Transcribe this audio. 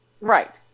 Right